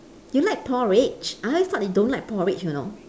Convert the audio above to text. you like porridge I always thought you don't like porridge you know